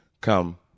come